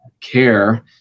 care